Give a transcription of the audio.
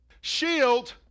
shield